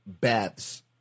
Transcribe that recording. baths